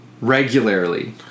regularly